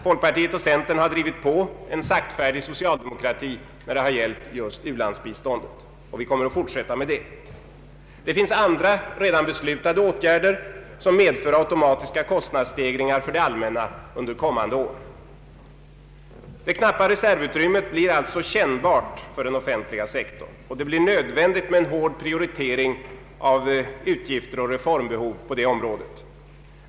Folkpartiet och centern har drivit på en saktfärdig socialdemokrati när det gällt just u-landsbiståndet, och vi kommer att fortsätta med detta. Det finns andra redan beslutade åtgärder som medför automatiska kostnadsstegringar för det allmänna under kommande år. Det knappa reservutrymmet blir alltså kännbart för den offentliga sektorn, och det blir nödvändigt med en hård prioritering av utgifter och reformbehov på det området.